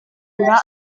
cultura